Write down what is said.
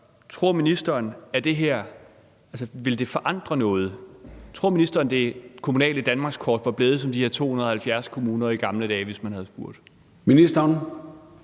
Tror ministeren, at det her ville forandre noget? Tror ministeren, at det kommunale danmarkskort var blevet med de her 270 kommuner som i gamle dage, hvis man havde spurgt? Kl.